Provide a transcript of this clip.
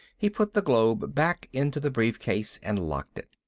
he put the globe back into the briefcase and locked it.